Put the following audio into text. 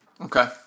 Okay